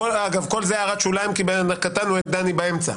אגב, כל זה הערת שוליים כי קטענו את דני באמצע.